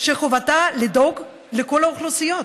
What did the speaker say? שחובתה לדאוג לכל האוכלוסיות.